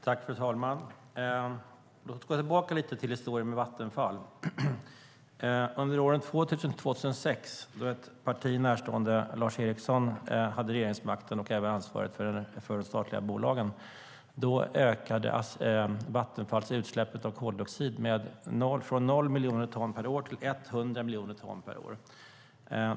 Fru talman! Låt oss gå tillbaka i historien med Vattenfall. Under åren 2000-2006, då ett parti närstående Lars Eriksson innehade regeringsmakten och även ansvaret för de statliga bolagen, ökade Vattenfalls utsläpp av koldioxid från 0 miljoner ton per år till 100 miljoner ton per år.